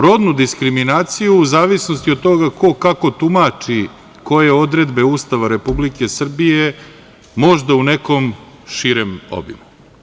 Rodnu diskriminaciju u zavisnosti od toga ko kako tumači koje odredbe Ustava Republike Srbije možda u nekom širem obimu.